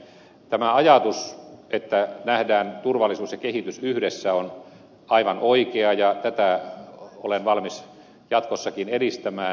tämä ajatus että nähdään turvallisuus ja kehitys yhdessä on aivan oikea ja tätä olen valmis jatkossakin edistämään